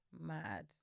mad